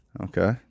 Okay